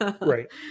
Right